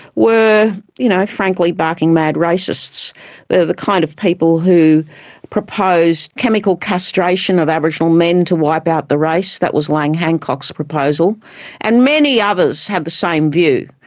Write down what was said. were you know frankly barking mad racists. they're the kind of people who proposed chemical castration of aboriginal men to wipe out the race that was laing hancock's proposal and many others had the same view.